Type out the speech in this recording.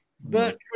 Bertrand